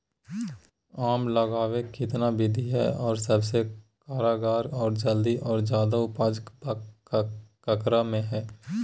आम लगावे कितना विधि है, और सबसे कारगर और जल्दी और ज्यादा उपज ककरा में है?